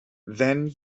then